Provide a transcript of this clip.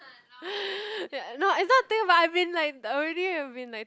ya not it's not think about I've been like I already had been like